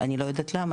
אני לא יודעת למה,